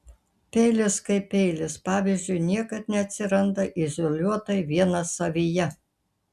peilis kaip peilis pavyzdžiui niekad neatsiranda izoliuotai vienas savyje